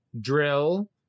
drill